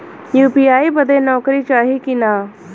UPI बदे नौकरी चाही की ना?